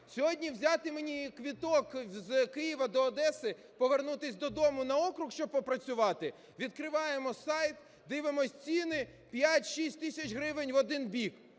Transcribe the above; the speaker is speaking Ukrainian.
Сьогодні взяти мені квиток з Києва до Одеси повернутись додому на округ, щоб попрацювати, відкриваємо сайт, дивимось ціни – 5-6 тисяч гривень в один бік.